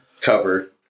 cover